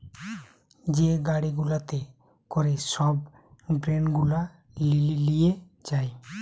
যে গাড়ি গুলাতে করে সব গ্রেন গুলা লিয়ে যায়